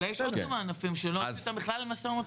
אבל יש עוד כמה ענפים שלא --- איתם בכלל למשא ומתן.